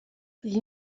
les